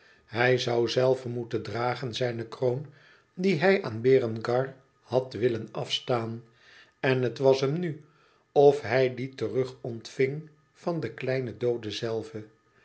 hij zoû zelve moeten dragen zijne kroon die hij aan berengar had willen afstaan en het was hem nu of hij die terug ontving van den kleinen doode zelven